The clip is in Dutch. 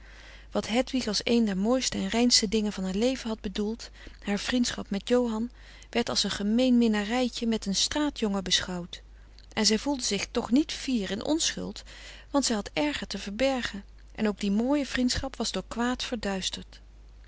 wat hedwig als een der mooiste en reinste dingen van haar leven had bedoeld haar vriendschap met johan werd als een gemeen minnarijtje met een straatjongen beschouwd en zij voelde zich toch niet fier in onschuld want zij had erger te verbergen en ook die mooie vriendschap was door kwaad verduisterd